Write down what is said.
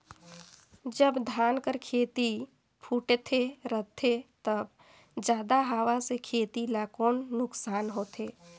जब धान कर खेती फुटथे रहथे तब जादा हवा से खेती ला कौन नुकसान होथे?